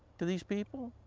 to these people?